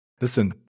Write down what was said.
Listen